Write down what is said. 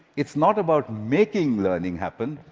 it's not about making learning happen.